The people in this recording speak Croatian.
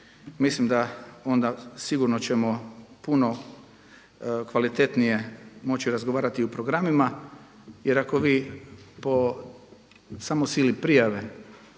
Mislim da onda sigurno ćemo puno kvalitetnije moći razgovarati i o programima jer ako vi po samo sili prijave